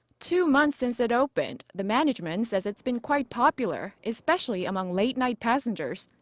two months since it opened, the management says it's been quite popular, especially among late-night passengers,